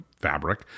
fabric